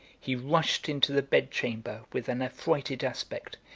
he rushed into the bed-chamber with an affrighted aspect,